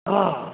हा